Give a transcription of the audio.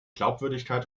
glaubwürdigkeit